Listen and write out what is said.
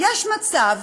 יש מצב,